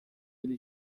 ele